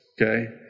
Okay